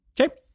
okay